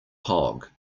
hog